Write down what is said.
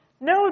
No